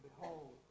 behold